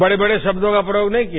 बड़ेबड़े शब्दों का प्रयोग नहीं किया